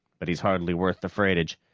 but he's hardly worth the freightage.